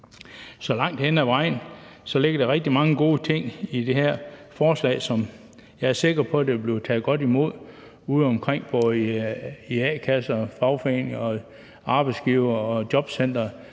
Så langt hen ad vejen ligger der rigtig mange gode ting i det her forslag, som jeg er sikker på der vil blive taget godt imod udeomkring, både i a-kasser og fagforeninger og hos arbejdsgivere og i jobcentre,